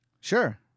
Sure